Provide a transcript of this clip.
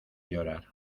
llorar